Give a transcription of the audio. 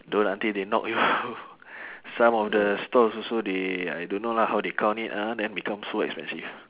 don't until they knock you some of the stalls also they I don't know lah how they count it ah then become so expensive